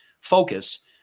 focus